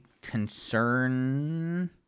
concern